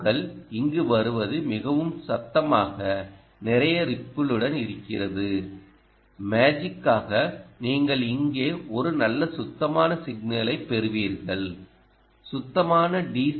ஓ க்குள் இங்கு வருவது மிகவும் சத்தமாக நிறைய ரிப்பிளுடன் இருக்கிறது மேஜிக்காக நீங்கள் இங்கே ஒரு நல்ல சுத்தமான சிக்னலை பெறுவீர்கள் சுத்தமான டி